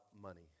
money